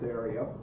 area